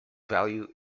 value